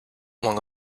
among